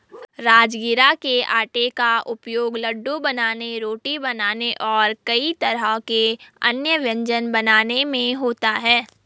राजगिरा के आटे का उपयोग लड्डू बनाने रोटी बनाने और कई तरह के अन्य व्यंजन बनाने में होता है